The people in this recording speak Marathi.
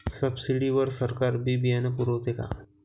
सब्सिडी वर सरकार बी बियानं पुरवते का?